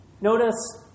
Notice